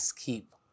keep